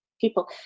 people